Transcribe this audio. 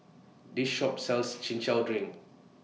This Shop sells Chin Chow Drink